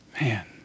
Man